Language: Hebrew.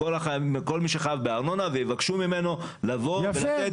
לכל מי שחייב בארנונה ויבקשו ממנו לבוא ולתת